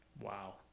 Wow